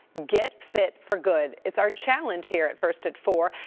get fit for good. it's our challenge here at first at four,